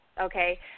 okay